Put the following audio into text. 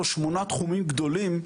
או שמונה תחומים גדולים,